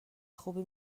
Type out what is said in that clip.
خوبی